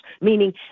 meaning